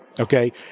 Okay